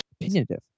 opinionative